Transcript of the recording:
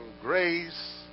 grace